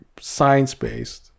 science-based